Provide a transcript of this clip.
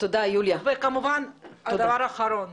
והדבר האחרון,